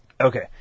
Okay